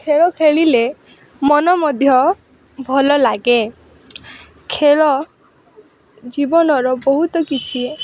ଖେଳ ଖେଳିଲେ ମନ ମଧ୍ୟ ଭଲ ଲାଗେ ଖେଳ ଜୀବନର ବହୁତ କିଛି